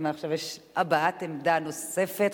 ומעכשיו יש "הבעת עמדה נוספת".